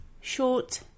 short